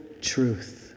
truth